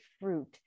fruit